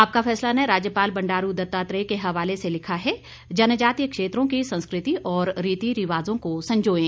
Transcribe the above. आपका फैसला ने राज्यपाल बंडारू दतात्रेय के हवाले से लिखा है जनजातीय क्षेत्रों की संस्कृति और रीति रिवाजों को संजोएं